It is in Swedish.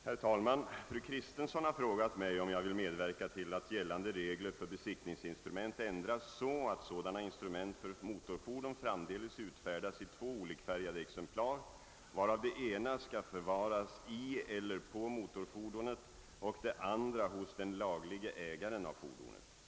Herr talman! Fru Kristensson har frågat mig, om jag vill medverka till att gällande regler för besiktningsinstrument ändras så att sådana instrument för motorfordon framdeles utfärdas i två olikfärgade exemplar, varav det ena skall förvaras i eller på motorfordonet och det andra hos den laglige ägaren av fordonet.